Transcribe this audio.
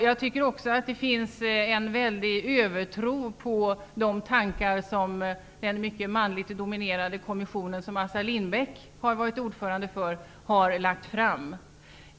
Jag tycker också att man har en väldig övertro på de tankar som den mycket manligt dominerade kommission som Assar Lindbeck har varit ordförande för har lagt fram.